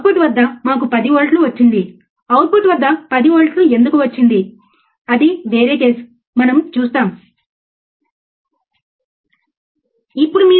కాబట్టి ప్రోబ్ను కలిగి ఉన్న సిగ్నల్స్ ఇక్కడ ఉన్నాయి ఈ ప్రోబ్ ఫ్రీక్వెన్సీ జనరేటర్తో అనుసంధానించబడి ఉంది